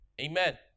amen